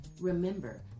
Remember